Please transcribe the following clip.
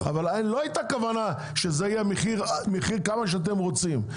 אבל לא היתה כוונה שזה יהיה מחיר כמה שאתם רוצים,